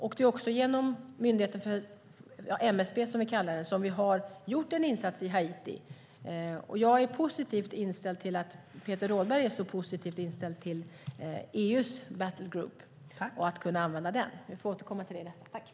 Det är också genom MSB som vi har gjort en insats i Haiti. Jag är positivt inställd till att Peter Rådberg är så positivt inställd till EU:s battle group och att kunna använda den.